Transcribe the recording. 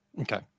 okay